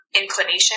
inclination